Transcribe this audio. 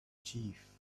chief